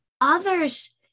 others